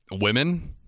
women